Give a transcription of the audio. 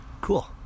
Cool